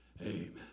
Amen